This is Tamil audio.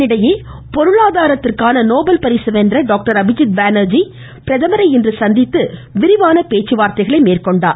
இதனிடையே பொருளாதாரத்திற்கான நோபல் பரிசு வென்ற டாக்டர் அபிஜித் பானர்ஜி இன்று பிரதமரை சந்தித்து விரிவான பேச்சுவார்த்தைகளை மேற்கொண்டார்